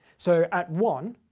so at one,